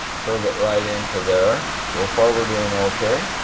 curve it right into there. so far we're doin' okay.